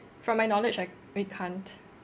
from my knowledge I we can't